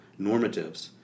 normatives